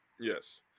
Yes